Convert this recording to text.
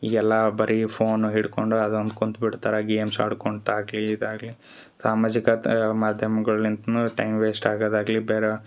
ಈಗ ಎಲ್ಲ ಬರಿ ಫೋನು ಹಿಡ್ಕೊಂಡು ಅದ ಅಂತ ಕುಂತ್ಬಿಡ್ತರ ಗೇಮ್ಸ್ ಆಡ್ಕೊಂತಾಗಲಿ ಇದಾಗಲಿ ಸಾಮಾಜಿಕತೆ ಮಾಧ್ಯಮಗಳಿಂತ್ನು ಟೈಮ್ ವೇಸ್ಟ್ ಆಗದಾಗಲಿ ಬೇರೆ